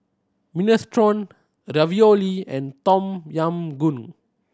Minestrone Ravioli and Tom Yam Goong